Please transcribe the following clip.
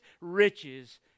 riches